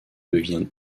devient